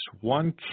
one